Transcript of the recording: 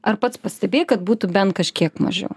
ar pats pastebėjai kad būtų bent kažkiek mažiau